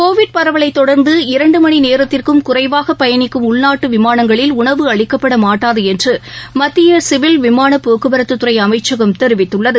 Covid பரவலை தொடர்ந்து இரண்டு மணி நேரத்திற்கும் குறைவாக பயணிக்கும் உள்நாட்டு விமானங்களில் உணவு அளிக்கப்பட மாட்டாது என்று மத்திய சிவில் விமானப் போக்குவரத்து துறை அமைச்சகம் தெரிவித்துள்ளது